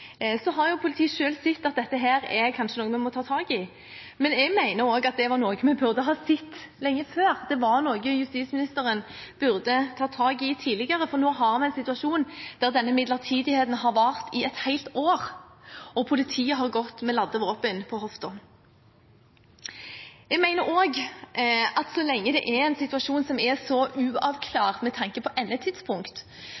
Så har politiet selv sett at dette kanskje er noe man må ta tak i, men jeg mener at det er noe vi burde ha sett lenge før, at det er noe justisministeren burde ha tatt tak i tidligere, for nå har vi en situasjon der denne midlertidigheten har vart i et helt år, hvor politiet har gått med ladde våpen på hofta. Jeg mener også at så lenge vi har en situasjon som er så uavklart med tanke på